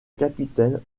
capitaine